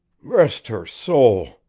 rest her sowl!